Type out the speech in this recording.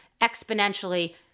exponentially